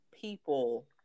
people